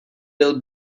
byl